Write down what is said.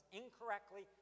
incorrectly